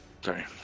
Sorry